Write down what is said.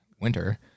winter